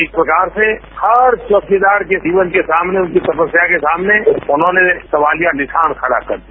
एक प्रकार से हर चौकीदार के जीवन के सामने उनकी तपस्या के सामने उन्होंने सवालिया निशान खड़ा कर दिया